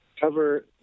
cover